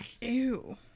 ew